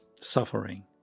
suffering